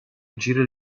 agire